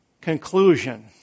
Conclusion